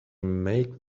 make